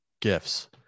gifts